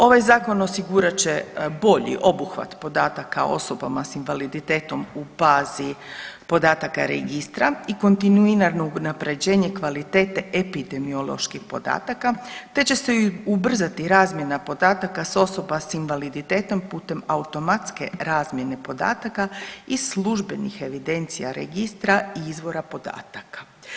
Ovaj zakon osigurat će bolji obuhvat podataka o osobama sa invaliditetom u bazi podataka registra i kontinuirano unapređenje kvalitete epidemioloških podataka, te će se i ubrzati razmjena podataka za osobe sa invaliditetom putem automatske razmjene podataka i službenih evidencija registra i izvora podataka.